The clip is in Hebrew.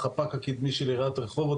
לחפ"ק הקדמי של עריית רחובות,